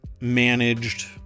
managed